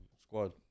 squad